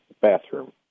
bathroom